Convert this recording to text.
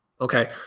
Okay